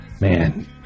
Man